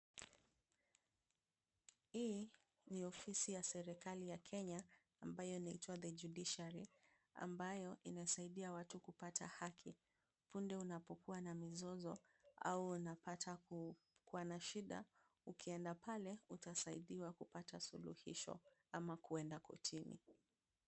Hii ni ofisi ya serikali ya Kenya ambayo inaitwa the Judiciary ambayo inasaidia watu kupata haki punde unapokuwa na mizozo au unapata kuwa na shida. Ukienda pale utasaidiwa kupata suluhisho ama kuenda kortini.